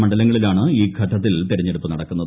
മണ്ഡലങ്ങളിലാണ് ഈ ഘ്ട്ടത്തീൽ തെരഞ്ഞെടുപ്പ് നടക്കുന്നത്